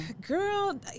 Girl